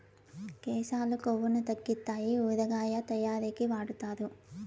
కేశాలు కొవ్వును తగ్గితాయి ఊరగాయ తయారీకి వాడుతారు